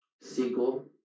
sequel